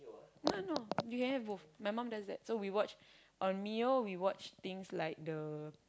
no no you can have both my mum does that so we watch on Mio we watch things like the